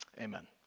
Amen